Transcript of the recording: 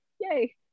yay